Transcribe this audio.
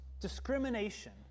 discrimination